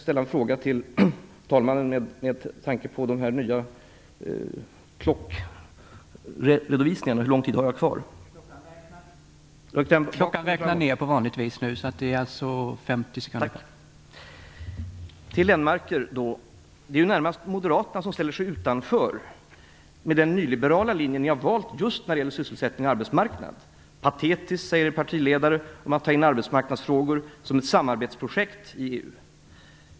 Till Göran Lennmarker vill jag säga att det närmast är ni moderater som ställer er utanför, med den nyliberala linje ni har valt just när det gäller sysselsättning och arbetsmarknad. Er partiledare säger att det är patetiskt att ta in arbetsmarknadsfrågor som ett samarbetsprojekt i EU.